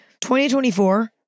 2024